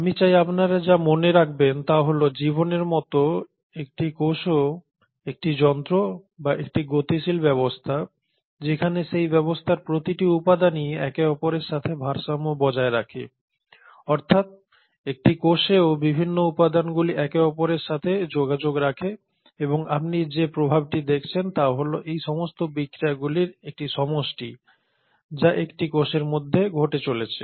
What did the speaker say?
আমি চাই আপনারা যা মনে রাখবেন তা হল জীবনের মত একটি কোষও একটি যন্ত্র বা একটি গতিশীল ব্যবস্থা যেখানে সেই ব্যবস্থার প্রতিটি উপাদানই একে অপরের সাথে ভারসাম্য বজায় রাখে অর্থাৎ একটি কোষেও বিভিন্ন উপাদানগুলি একে অপরের সাথে যোগাযোগ রাখে এবং আপনি যে প্রভাবটি দেখছেন তা হল এই সমস্ত বিক্রিয়াগুলির একটি সমষ্টি যা একটি কোষের মধ্যে ঘটে চলেছে